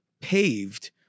paved